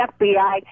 FBI